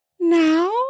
Now